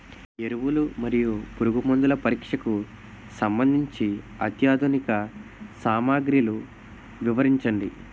ఎరువులు మరియు పురుగుమందుల పరీక్షకు సంబంధించి అత్యాధునిక సామగ్రిలు వివరించండి?